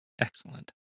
Excellent